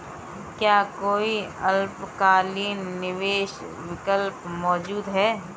क्या कोई अल्पकालिक निवेश विकल्प मौजूद है?